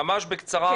ממש בקצרה.